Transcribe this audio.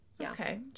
Okay